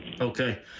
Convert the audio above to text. Okay